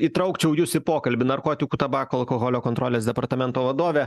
įtraukčiau jus į pokalbį narkotikų tabako alkoholio kontrolės departamento vadove